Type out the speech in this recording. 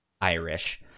Irish